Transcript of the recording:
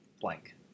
blank